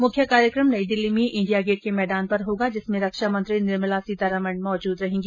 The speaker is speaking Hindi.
मुख्य कार्यक्रम नई दिल्ली में इंडिया गेट के मैदान पर होगा जिसमें रक्षा मंत्री निर्मेला सीतारमण मौजूद रहेंगी